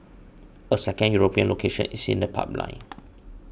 a second European location is in the pipeline